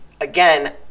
again